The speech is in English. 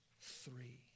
three